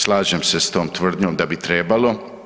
Slažem se s tom tvrdnjom da bi trebalo.